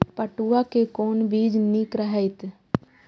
पटुआ के कोन बीज निक रहैत?